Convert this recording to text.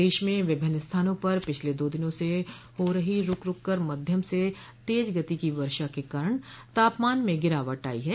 प्रदेश में विभिन्न स्थानों पर पिछले दो दिनों से हो रही रूक रूक कर मध्यम से तेज गति की वर्षा के कारण तापमान में गिरावट आई है